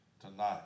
Tonight